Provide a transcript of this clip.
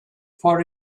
for